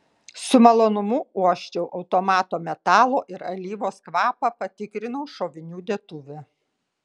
su malonumu uosčiau automato metalo ir alyvos kvapą patikrinau šovinių dėtuvę